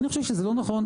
אני חושב שזה לא נכון.